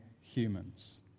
humans